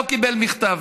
לא קיבל מכתב,